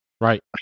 Right